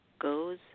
Goes